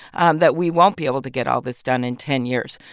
and that we won't be able to get all this done in ten years.